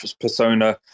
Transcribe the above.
persona